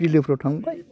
बिलोफ्राव थांबाय